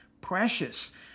precious